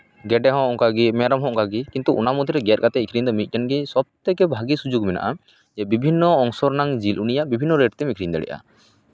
ᱜᱮᱰᱮ ᱦᱚᱸ ᱚᱱᱠᱟᱜᱮ ᱢᱮᱨᱚᱢ ᱦᱚᱸ ᱚᱱᱠᱟᱜᱮ ᱠᱤᱱᱛᱩ ᱚᱱᱟ ᱢᱚᱫᱽᱫᱷᱮᱨᱮ ᱜᱮᱫ ᱠᱟᱛᱮᱜ ᱟᱹᱠᱷᱨᱤᱧ ᱫᱚ ᱢᱤᱫᱴᱤᱱ ᱜᱮ ᱥᱚᱵᱽ ᱛᱷᱮᱠᱮ ᱵᱷᱟᱹᱜᱤ ᱥᱩᱡᱳᱜᱽ ᱢᱮᱱᱟᱜᱼᱟ ᱡᱮ ᱵᱤᱵᱷᱤᱱᱱᱚ ᱚᱝᱥᱚ ᱨᱮᱱᱟᱝ ᱡᱤᱞ ᱩᱱᱤᱭᱟᱜ ᱵᱤᱵᱷᱤᱱᱱᱚ ᱨᱮᱹᱴ ᱛᱮᱢ ᱟᱹᱠᱷᱨᱤᱧ ᱫᱟᱲᱮᱭᱟᱜᱼᱟ